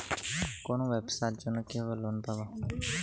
আমি ব্যবসার জন্য কিভাবে লোন পাব?